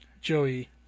Joey